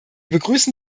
begrüßen